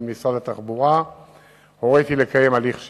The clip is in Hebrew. משרד התחבורה הוריתי לקיים הליך שימוע.